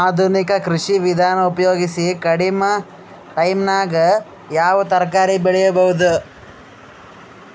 ಆಧುನಿಕ ಕೃಷಿ ವಿಧಾನ ಉಪಯೋಗಿಸಿ ಕಡಿಮ ಟೈಮನಾಗ ಯಾವ ತರಕಾರಿ ಬೆಳಿಬಹುದು?